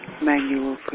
manual